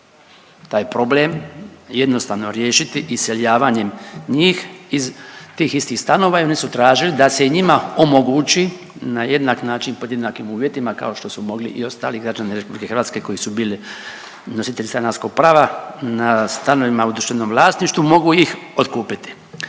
taj problem jednostavno riješiti iseljavanjem njih iz tih istih stanova i oni su tražili da se i njima omogući na jednak način pod jednakim uvjetima kao što su mogli i ostali građani RH koji su bili nositelji stanarskog prava na stanovima u društvenom vlasništvu, mogu ih otkupiti.